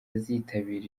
azitabira